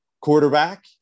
quarterback